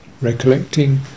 recollecting